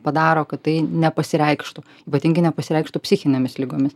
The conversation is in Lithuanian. padaro kad tai nepasireikštų ypatingai nepasireikštų psichinėmis ligomis